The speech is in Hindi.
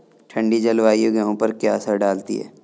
ठंडी जलवायु गेहूँ पर क्या असर डालती है?